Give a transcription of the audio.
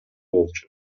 болчу